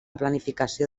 planificació